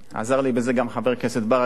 עזר לי בזה גם חבר הכנסת ברכה,